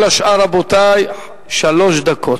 כל השאר, רבותי, שלוש דקות.